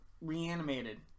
reanimated